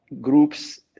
groups